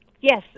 yes